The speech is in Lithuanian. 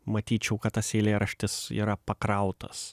matyčiau kad tas eilėraštis yra pakrautas